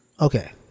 Okay